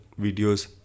videos